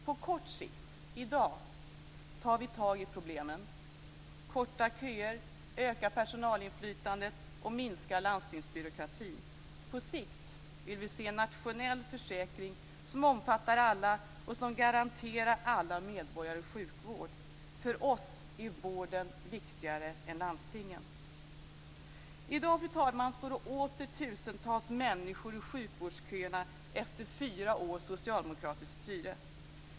På kort sikt - i dag - tar vi tag i problemen, kortar köer, ökar personalinflytandet och minskar landstingsbyråkratin. På sikt vill vi se en nationell försäkring som omfattar alla och som garanterar alla medborgare sjukvård. För oss är vården viktigare än landstingen. Fru talman! I dag står åter tusentals människor i sjukvårdsköerna efter fyra års socialdemokratiskt styre.